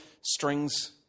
strings